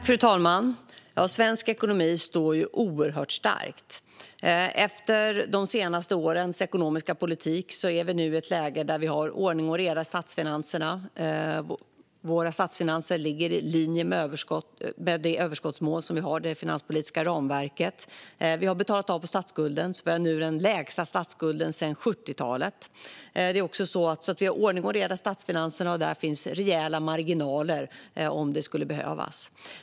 Fru talman! Svensk ekonomi står oerhört stark. Efter de senaste årens ekonomiska politik är vi nu i ett läge där vi har ordning och reda i statsfinanserna. Våra statsfinanser ligger i linje med det överskottsmål som vi har i det finanspolitiska ramverket. Vi har betalat av på statsskulden, så vi har nu den lägsta statsskulden sedan 70-talet. Vi har alltså ordning och reda i statsfinanserna, och där finns rejäla marginaler om det skulle behövas.